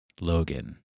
logan